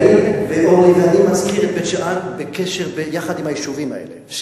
והיושב-ראש מזכיר את בית-שאן יחד עם היישובים האלה.